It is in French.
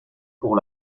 pour